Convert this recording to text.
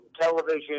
television